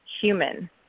human